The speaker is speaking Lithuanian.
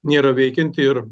nėra veikianti ir